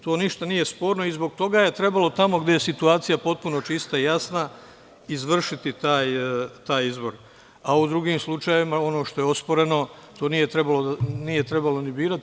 To ništa nije sporno i zbog toga je trebalo tamo gde je situacija potpuno čista i jasna izvršiti taj izbor, a u drugim slučajevima, ono što je osporeno, to nije trebalo ni birati.